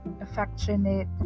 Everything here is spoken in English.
affectionate